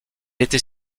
était